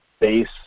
base